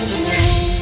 Tonight